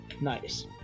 Nice